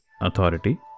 authority